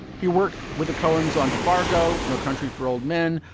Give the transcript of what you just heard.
he worked with the coens on fargo, no country for old men,